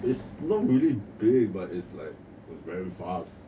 it's not really big but it's like very fast